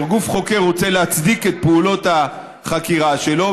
וגוף חוקר רוצה להצדיק את פעולות החקירה שלו,